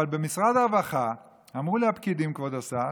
אבל במשרד הרווחה אמרו לי הפקידים, כבוד השר,